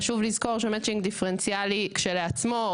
חשוב לזכור שמצ'ינג דיפרנציאלי כשלעצמו,